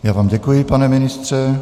Já vám děkuji, pane ministře.